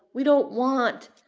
we don't want